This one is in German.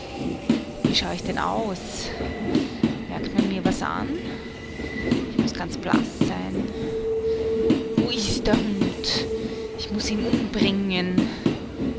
wie schau ich denn aus merkt man mir was an ich muß ganz blaß sein wo ist der hund ich muß ihn umbringen